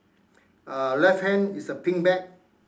uh left hand is a pink bag